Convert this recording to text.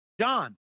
John